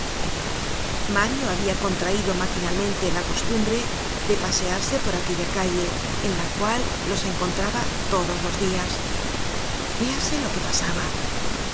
mario habia contraido maquinalmente la costumbre de pasearse por aquella calle en la cual los encontraba todos los dias véase lo que pasaba